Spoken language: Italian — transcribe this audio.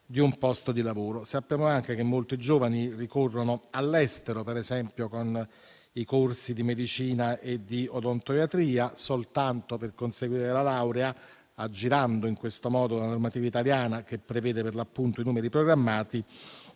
di un posto di lavoro. Sappiamo anche che molti giovani si recano all'estero, per esempio, per i corsi di medicina e di odontoiatria, soltanto per conseguire la laurea, aggirando in questo modo la normativa italiana che prevede i numeri programmati,